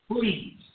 Please